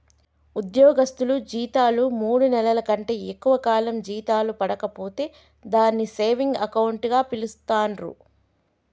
ఉద్యోగస్తులు జీతాలు మూడు నెలల కంటే ఎక్కువ కాలం జీతాలు పడక పోతే దాన్ని సేవింగ్ అకౌంట్ గా పిలుస్తాండ్రు